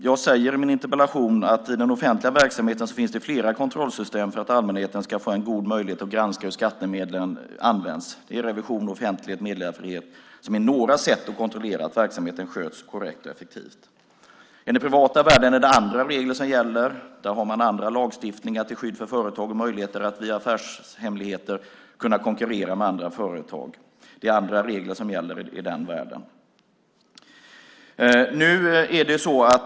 Jag säger i min interpellation att det i den offentliga verksamheten finns flera kontrollsystem för att allmänheten ska få en god möjlighet att granska hur skattemedlen används i revision, offentlighet och meddelarfrihet som är några sätt att kontrollera att verksamheten sköts korrekt och effektivt. I den privata världen är det andra regler som gäller. Där har man andra lagstiftningar till skydd för företag och möjlighet att via affärshemligheter konkurrera med andra företag. Det är andra regler som gäller i den världen.